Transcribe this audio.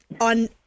on